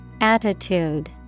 Attitude